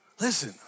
listen